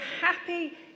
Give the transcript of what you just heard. happy